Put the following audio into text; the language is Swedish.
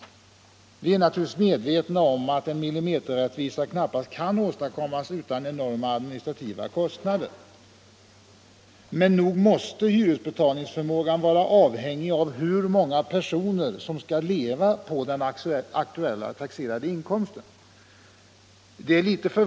Vi är väl medvetna om att en millimeterrättvisa knappast kan åstadkommas utan enorma administrativa kostnader. Men nog måste hyresbetalningsförmågan vara avhängig av hur många personer som skall leva på den aktuella taxerade inkomsten.